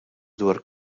dwar